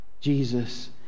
Jesus